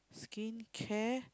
skincare